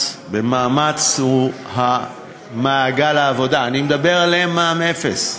במאמץ מעגל העבודה, אני מדבר עליהם, מע"מ אפס.